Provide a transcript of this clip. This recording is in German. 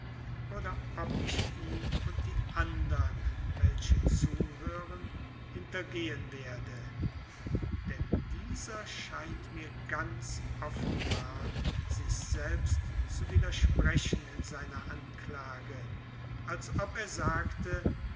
oder ob ich ihn und die andern welche zuhören hintergehen werde denn dieser scheint mir ganz offenbar sich selbst zu widersprechen in seiner anklage als ob er sagte